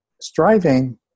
Striving